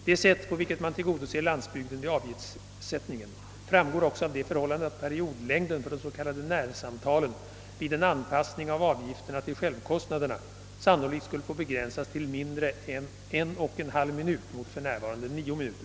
Det sätt, på vil ket man tillgodoser landsbygden vid avgiftssättningen, framgår också av det förhållandet, att periodlängden för de s.k. närsamtalen vid en anpassning av avgifterna till självkostnaderna sannolikt skulle få begränsas till mindre än en och en halv minut mot för närvarande nio minuter.